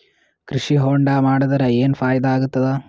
ಕೃಷಿ ಹೊಂಡಾ ಮಾಡದರ ಏನ್ ಫಾಯಿದಾ ಆಗತದ?